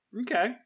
Okay